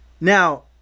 Now